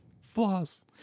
Floss